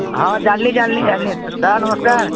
ହଁ ଜାନ୍ଲିି ଜାନ୍ଲିି ଜାନ୍ଲିି ଦା ନମସ୍କାର